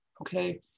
okay